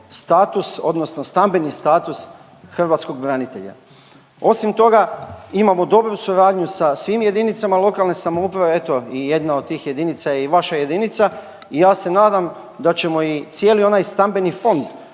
status, odnosno stambeni status hrvatskog branitelja. Osim toga, imamo dobru suradnju sa svim jedinicama lokalne samouprave, eto i jedna od tih jedinica je vaša jedinica i ja se nadam da ćemo i cijeli onaj stambeni fond